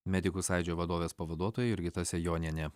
medikų sąjūdžio vadovės pavaduotoja jurgita sejonienė